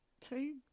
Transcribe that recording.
two